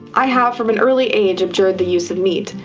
i have from an early age abjured the use of meat,